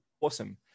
awesome